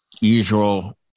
usual